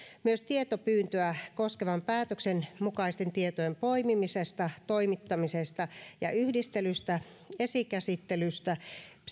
tietopyyntöä koskevan päätöksen mukaisten tietojen poimimisesta toimittamisesta ja yhdistelystä esikäsittelystä